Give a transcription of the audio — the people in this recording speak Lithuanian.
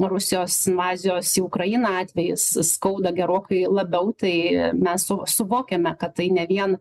rusijos invazijos į ukrainą atvejis skauda gerokai labiau tai mes su suvokiame kad tai ne vien